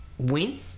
win